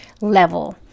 level